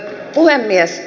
puhemies